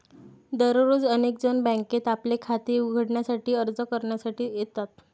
दररोज अनेक जण बँकेत आपले खाते उघडण्यासाठी अर्ज करण्यासाठी येतात